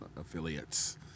affiliates